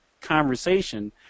conversation